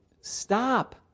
stop